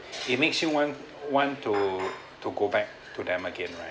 it makes you want want to to go back to them again right